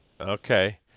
Okay